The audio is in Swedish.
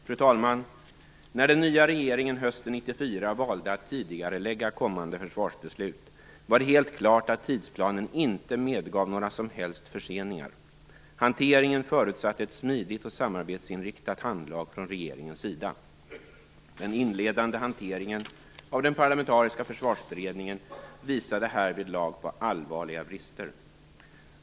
Fru talman! När den nya regeringen hösten 1994 valde att tidigarelägga kommande försvarsbeslut var det helt klart att tidsplanen inte medgav några som helst förseningar. Hanteringen förutsatte ett smidigt och samarbetsinriktat handlag från regeringens sida. Den inledande hanteringen av den parlamentariska försvarsberedningen visade härvidlag på allvarliga brister.